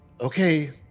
Okay